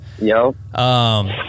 Yo